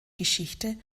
geschichte